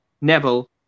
Neville